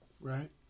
right